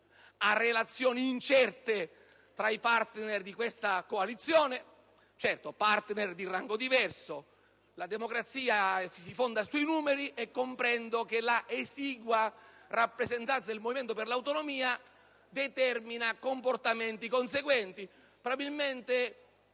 a relazioni incerte tra i partner di questa coalizione: certo, si trattadi partner di rango diverso, perché la democrazia si fonda sui numeri e comprendo che la esigua rappresentanza del Movimento per le Autonomie determini comportamenti conseguenti. Probabilmente,